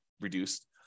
reduced